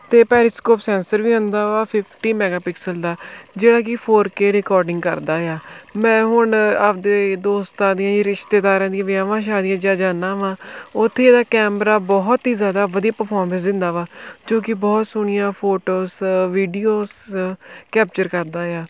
ਅਤੇ periscope sensor ਵੀ ਹੁੰਦਾ ਵਾ ਫਿਫਟੀ ਮੈਗਾ ਪਿਕਸਲ ਦਾ ਜਿਹੜਾ ਕਿ ਫੋਰ ਕੇ ਰਿਕੋਡਿੰਗ ਕਰਦਾ ਆ ਮੈਂ ਹੁਣ ਆਪਣੇ ਦੋਸਤਾਂ ਦੀ ਰਿਸ਼ਤੇਦਾਰਾਂ ਦੀ ਵਿਆਹਾਂ ਸ਼ਾਦੀਆਂ 'ਚ ਜਾਂਦਾ ਵਾ ਉੱਥੇ ਇਹਦਾ ਕੈਮਰਾ ਬਹੁਤ ਹੀ ਜ਼ਿਆਦਾ ਵਧੀਆ ਪਰਫੋਰਮੈਂਸ ਦਿੰਦਾ ਵਾ ਜੋ ਕਿ ਬਹੁਤ ਸੋਣੀਆਂ ਫੋਟੋਸ ਵੀਡੀਓਸ ਕੈਪਚਰ ਕਰਦਾ ਆ